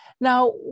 now